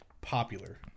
popular